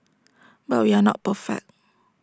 but we are not perfect